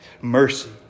Mercy